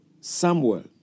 Samuel